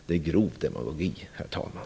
Det är grov demagogi, herr talman.